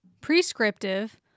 prescriptive